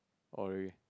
oh really